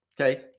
Okay